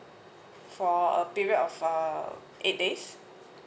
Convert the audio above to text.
for a period of uh eight days